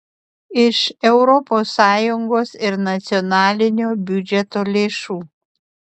iš europos sąjungos ir nacionalinio biudžeto lėšų